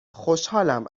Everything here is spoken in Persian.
خوشحالم